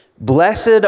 Blessed